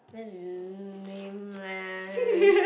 ver~ lame leh